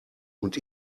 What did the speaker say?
und